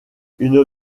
une